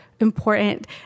Important